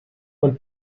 und